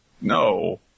no